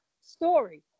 story